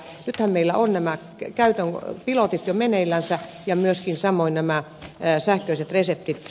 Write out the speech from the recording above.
nythän meillä ovat nämä käytön pilotit jo meneillänsä ja myöskin samoin nämä sähköiset reseptit